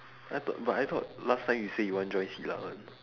I thought but I thought last time you say you want join silat one